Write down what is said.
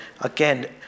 again